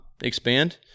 expand